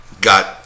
got